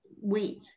wait